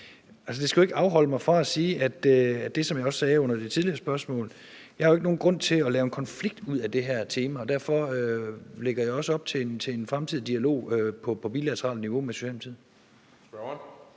det tidligere spørgsmål, at jeg ikke har nogen grund til at lave en konflikt ud af det her tema, og derfor lægger jeg også op til en fremtidig dialog på et bilateralt niveau med